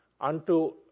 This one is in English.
unto